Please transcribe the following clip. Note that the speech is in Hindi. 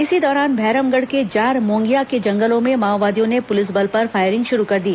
इसी दौरान भैरमगढ़ के जारमोंगिया के जंगलों में माओवादियों ने पुलिस बल पर फायरिंग शुरू कर दी